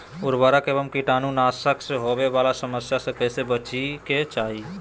उर्वरक एवं कीटाणु नाशक से होवे वाला समस्या से कैसै बची के चाहि?